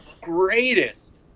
greatest